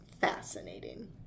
fascinating